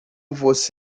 você